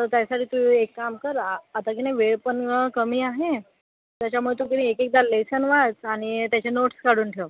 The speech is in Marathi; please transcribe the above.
तर त्याच्या एक काम कर आता की नाही वेळ पण कमी आहे त्याच्यामुळे तू एक एकदा लेसन वाच आणि त्याचे नोट्स काढून ठेव